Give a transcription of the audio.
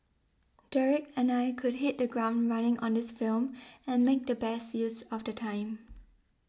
Derek and I could hit the ground running on this film and make the best use of the time